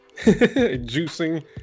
juicing